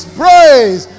praise